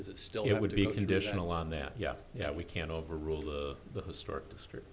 as it still it would be conditional on that yeah yeah we can overrule the historic district